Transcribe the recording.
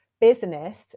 business